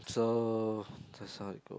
so just now you go